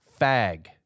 Fag